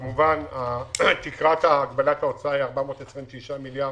כמובן תקרת הגבלת ההוצאה היא 426 מיליארד.